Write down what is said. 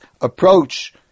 approach